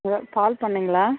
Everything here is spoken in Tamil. பால் பண்ணைங்களா